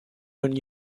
when